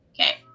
okay